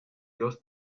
dos